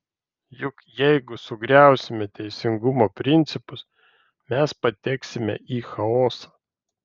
juk jeigu sugriausime teisingumo principus mes pateksime į chaosą